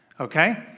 okay